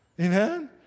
Amen